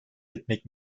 etmek